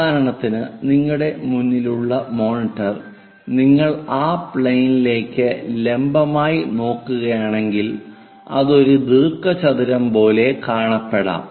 ഉദാഹരണത്തിന് നിങ്ങളുടെ മുന്നിലുള്ള മോണിറ്റർ നിങ്ങൾ ആ പ്ലെയിനിലേക്ക് ലംബമായി നോക്കുകയാണെങ്കിൽ അത് ഒരു ദീർഘചതുരം പോലെ കാണപ്പെടാം